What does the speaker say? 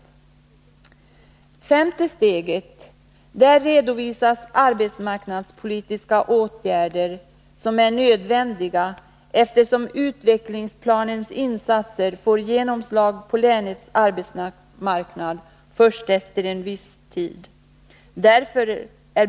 I det femte steget redovisas arbetsmarknadspolitiska åtgärder som är nödvändiga eftersom utvecklingsplanens insatser får genomslag på länets arbetsmarknad först efter viss tid.